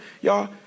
y'all